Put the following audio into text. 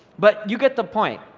but you get the point.